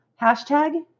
hashtag